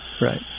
right